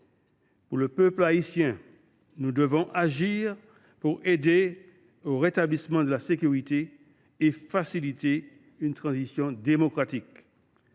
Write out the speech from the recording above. Pour le peuple haïtien, nous devons agir afin d’aider au rétablissement de la sécurité et de faciliter une transition démocratique.